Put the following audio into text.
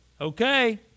okay